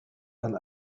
and